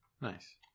Nice